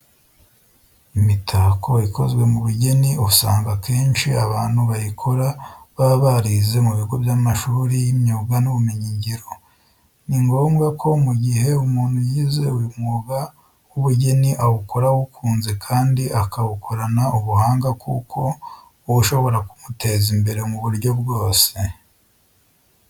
Imitako ikozwe mu bugeni usanga akenshi abantu bayikora baba barize mu bigo by'amashuri y'imyuga n'ubumenyingiro. Ni ngombwa ko mu gihe umuntu yize uyu mwuga w'ubugeni, awukora awukunze kandi akawukorana ubuhanga kuko uba ushobora kumuteza imbere mu buryo bwose.